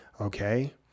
okay